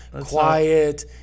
quiet